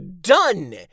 done